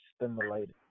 stimulated